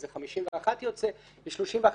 אז זה 51 ב-31 יש,